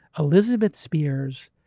elizabeth spiers,